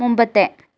മുമ്പത്തെ